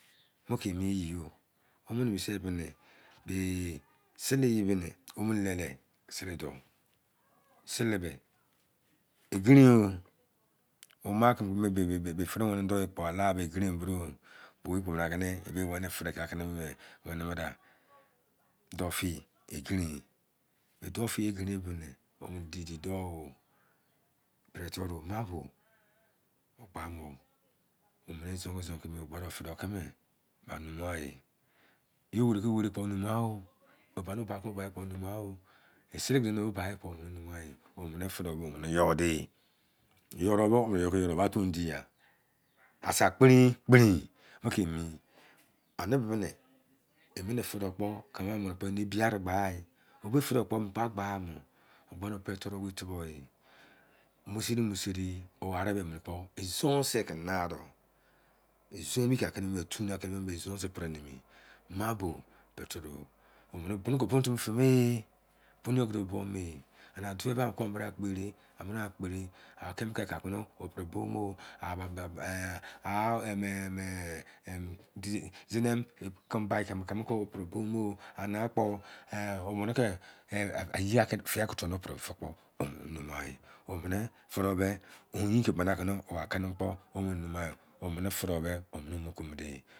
Mo ke mieyi o wominini bisi ye bibi ni besili eyi beni womini lele sili dou sili be egiren o eoma kinii ki be me firii weni dou yi kpo alagha bo egiren bo doo bo owei dou yi kpo alagha bo egiren bo doo bo owei ikpo bona kini ihe weni m firi kiki aki weni ngida dou fiyi egiren e be dou fiyi egiren bibini womu didi dou o peretori marble o gba mo omini izon ki izon kimi o gba de fide kimi be ba nemighan e yo weri ko weri kpo o nemighan o rbano ba ki oba ko bai emi kpo onunnugha o esin timu ne bai kpo womini nemugja omini fideme omini you dee you do bo you ki you do ba toun digha asa kprwin kprein mo keemi ani bibi ni emini fido kpo kimu mini mu kpo eni ebi ari gba yi o be fido kpo mipa gba mo ogba pereroru owei tubouemu seri mu seri o ari be mini kpo izo om se pri na do izon ebi ki ka ki numous tun ni izon se pri nemi igba de marble peretoru omini bunu ki buru timi fime e bunu yo ki duo buo me